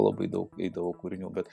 labai daug eidavo kūrinių bet